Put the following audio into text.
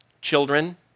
children